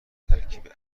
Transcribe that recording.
ترکیب